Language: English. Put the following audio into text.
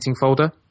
folder